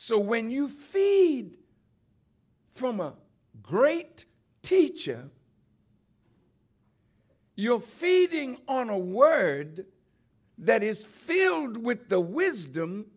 so when you feed from a great teacher you are feeding on a word that is filled with the wisdom